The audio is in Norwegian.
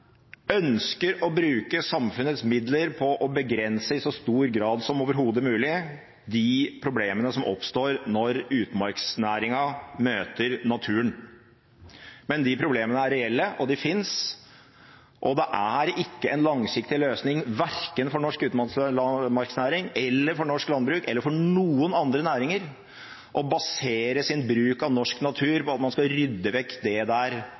ønsker å bruke samfunnets midler på i så stor grad som overhodet mulig å begrense de problemene som oppstår når utmarksnæringen møter naturen. Men de problemene er reelle, de finnes, og det er ikke en langsiktig løsning verken for norsk utmarksnæring, for norsk landbruk eller for noen andre næringer å basere sin bruk av norsk natur på at man skal rydde vekk det som finnes der